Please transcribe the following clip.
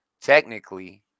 Technically